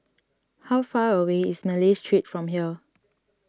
how far away is Malay Street from here